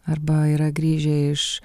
arba yra grįžę iš